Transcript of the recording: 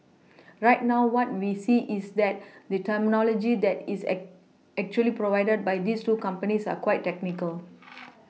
right now what we see is that the terminology that is actually provided by these two companies are quite technical